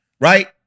Right